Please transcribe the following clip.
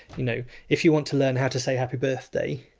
you know if you want to learn how to say happy birthday,